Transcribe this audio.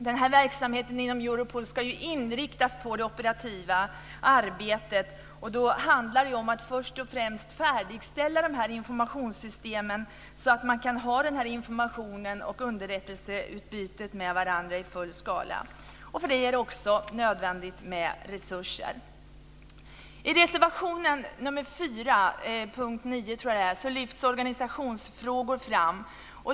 Denna verksamhet inom Europol ska ju inriktas på det operativa arbetet, och då handlar det om att först och främst färdigställa de här informationssystemen så att man kan få information och ha underrättelseutbyte med varandra i full skala. För det är det också nödvändigt med resurser. I reservation 4, punkt 9 tror jag att det är, lyfts organisationsfrågor fram.